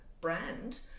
brand